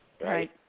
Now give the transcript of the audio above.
Right